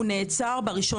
הוא נעצר ב-1